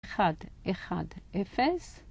1, 1, 0